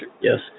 Yes